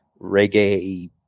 reggae